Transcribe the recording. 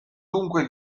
dunque